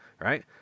right